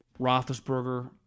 Roethlisberger